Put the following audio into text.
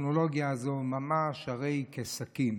שהטכנולוגיה הזו, ממש הרי היא כסכין.